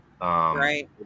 Right